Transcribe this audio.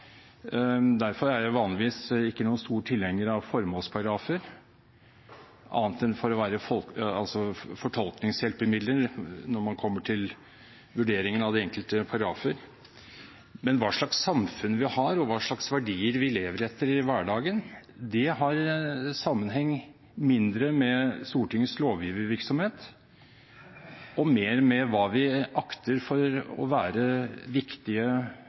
Derfor er jeg vanligvis ikke noen stor tilhenger av formålsparagrafer, annet enn som fortolkningshjelpemidler når man kommer til vurderingen av de enkelte paragrafer. Men hva slags samfunn vi har, og hva slags verdier vi lever etter i hverdagen, har mindre sammenheng med Stortingets lovgivervirksomhet og mer med hva vi anser for å være viktige